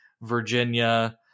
Virginia